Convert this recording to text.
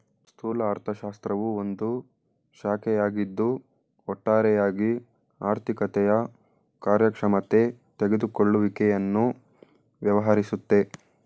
ಸ್ಥೂಲ ಅರ್ಥಶಾಸ್ತ್ರವು ಒಂದು ಶಾಖೆಯಾಗಿದ್ದು ಒಟ್ಟಾರೆಯಾಗಿ ಆರ್ಥಿಕತೆಯ ಕಾರ್ಯಕ್ಷಮತೆ ತೆಗೆದುಕೊಳ್ಳುವಿಕೆಯನ್ನು ವ್ಯವಹರಿಸುತ್ತೆ